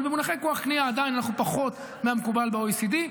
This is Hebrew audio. אבל במונחי כוח קנייה עדיין אנחנו פחות מהמקובל ב-OECD.